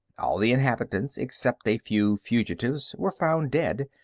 all the inhabitants, except a few fugitives, were found dead,